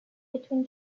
between